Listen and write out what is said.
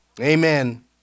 Amen